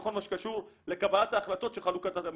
בכל מה שקשור לקבלת ההחלטות של חלוקת המבחנים.